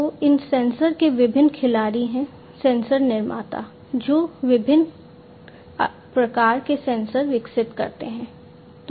तो इन सेंसर के विभिन्न खिलाड़ी हैं सेंसर निर्माता हैं जो विभिन्न प्रकार के सेंसर विकसित करते हैं